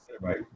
Right